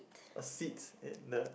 a seats in the